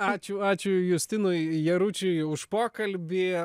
ačiū ačiū justinui jaručiui už pokalbį